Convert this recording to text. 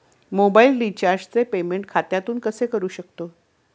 Mobile रिचार्जचे payment खात्यातून कसे करू शकतो?